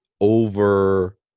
over